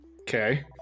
Okay